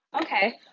Okay